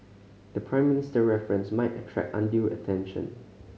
the Prime Minister reference might attract undue attention